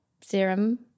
serum